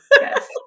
Yes